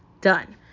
Done